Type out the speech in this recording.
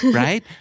right